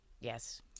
Yes